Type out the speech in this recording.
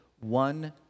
one